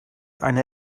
eine